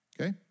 okay